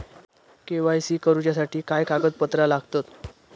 KYC करूच्यासाठी काय कागदपत्रा लागतत?